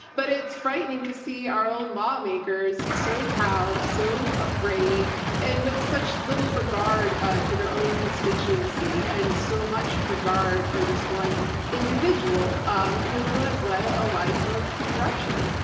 but it's frightening to see our own lawmakers so cowed, so afraid and with such little regard ah to their own constituency, and so much regard for this one individual um you know who has led a ah life of corruption.